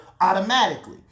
automatically